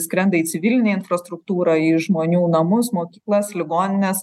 skrenda į civilinę infrastruktūrą į žmonių namus mokyklas ligonines